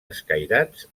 escairats